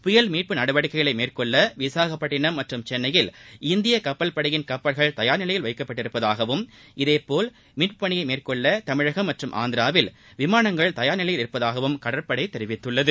புயல் மீட்பு நடவடிக்கைகளை மேற்கொள்ள விசாகப்பட்டினம் மற்றும் சென்னையில் இந்திய கப்பல் படையின் கப்பல்கள் தயார் நிலையில் வைக்கப்பட்டிருப்பதாகவும் இதேபோல் மீட்பு பணியை மேற்கொள்ள தமிழகம் மற்றும் ஆந்திராவில் விமானங்கள் தயார் நிலையில் இருப்பதாகவும் கடற்படை தெரிவித்துள்ளது